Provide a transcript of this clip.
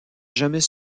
jamais